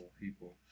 people